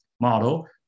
model